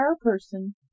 person